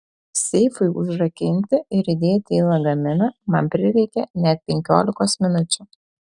seifui užrakinti ir įdėti į lagaminą man prireikė net penkiolikos minučių